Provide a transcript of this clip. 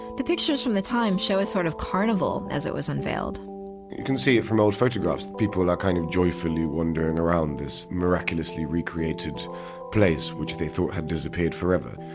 the pictures from the time show sort of carnival as it was unveiled you can see from old photographs, people are kind of joyfully wandering around this miraculously recreated place which they thought has disappeared forever.